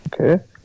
Okay